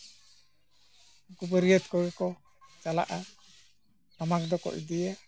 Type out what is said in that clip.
ᱩᱱᱠᱩ ᱵᱟᱹᱨᱭᱟᱹᱛ ᱠᱚᱜᱮᱠᱚ ᱪᱟᱞᱟᱜᱼᱟ ᱴᱟᱢᱟᱠ ᱫᱚᱠᱚ ᱤᱫᱤᱭᱟ